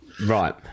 Right